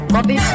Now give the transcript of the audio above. Bobby